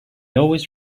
always